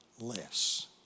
less